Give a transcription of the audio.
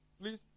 please